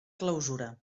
clausura